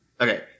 okay